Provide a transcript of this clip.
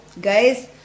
Guys